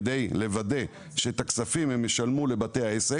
כדי לוודא שהם ישלמו את הכספים לבתי העסק